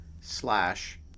slash